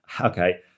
okay